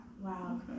wow